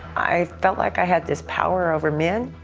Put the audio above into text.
i felt like i had this power over men.